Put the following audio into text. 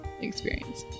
experience